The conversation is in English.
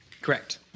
Correct